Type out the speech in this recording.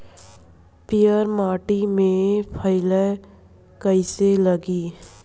पीयर माटी में फलियां कइसे लागी?